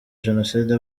jenoside